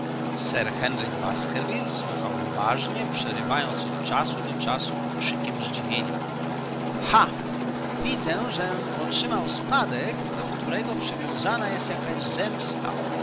sir henryk baskerville słuchał uważnie przerywając od czasu do czasu okrzykiem zdziwienia ha widzę żem otrzymał spadek do którego przywiązana jest jakaś zemsta